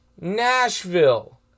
Nashville